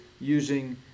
using